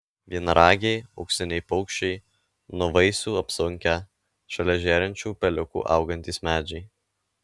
vienaragiai auksiniai paukščiai nuo vaisių apsunkę šalia žėrinčių upeliukų augantys medžiai